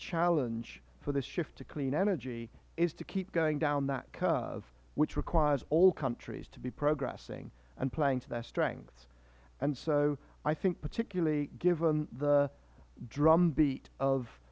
challenge for the shift to clean energy is to keep going down that curve which requires all countries to be progressing and playing to their strengths and so i think particularly given the drum beat